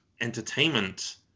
entertainment